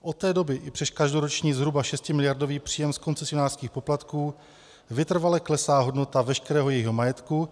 Od té doby i přes každoroční zhruba šestimiliardový příjem z koncesionářských poplatků vytrvale klesá hodnota veškerého jejího majetku.